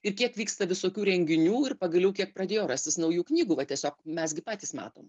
ir kiek vyksta visokių renginių ir pagaliau kiek pradėjo rastis naujų knygų va tiesiog mes gi patys matom